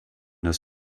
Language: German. das